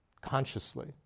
consciously